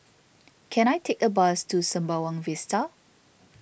can I take a bus to Sembawang Vista